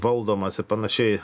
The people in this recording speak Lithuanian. valdomas ir panašiai